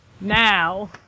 now